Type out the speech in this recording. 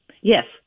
Yes